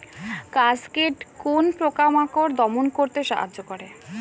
Cascade কোন পোকা মাকড় দমন করতে সাহায্য করে?